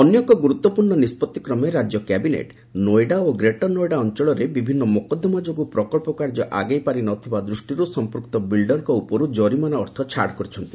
ଅନ୍ୟ ଏକ ଗ୍ରରତ୍ୱପୂର୍ଣ୍ଣ ନିଷ୍କଭିକ୍ରମେ ରାଜ୍ୟ କ୍ୟାବିନେଟ୍ ନୋଏଡା ଓ ଗ୍ରେଟର ନୋଏଡା ଅଞ୍ଚଳରେ ବିଭିନ୍ନ ମକଦ୍ଦମା ଯୋଗୁଁ ପ୍ରକଳ୍ପ କାର୍ଯ୍ୟ ଆଗେଇ ପାରିନଥିବା ଦୃଷ୍ଟିରୁ ସଂପୃକ୍ତ ବିଲଡରଙ୍କ ଉପରୁ ଜରିମାନା ଅର୍ଥ ଛାଡ଼ କରିଛନ୍ତି